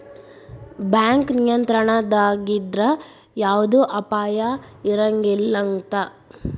bank ನಿಯಂತ್ರಣದಾಗಿದ್ರ ಯವ್ದ ಅಪಾಯಾ ಇರಂಗಿಲಂತ್